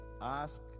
ask